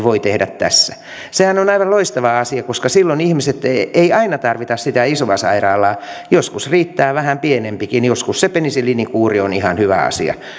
voi tehdä tässä sehän on aivan loistava asia koska silloin ei aina tarvita sitä isoa sairaalaa joskus riittää vähän pienempikin joskus se penisilliinikuuri on ihan hyvä asia